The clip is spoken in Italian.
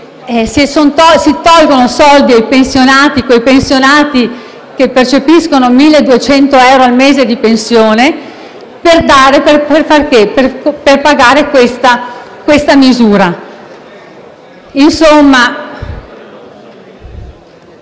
si tolgono soldi a quei pensionati che percepisco 1.200 euro al mese di pensione per pagare siffatta misura.